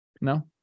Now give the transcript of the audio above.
No